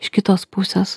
iš kitos pusės